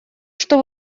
что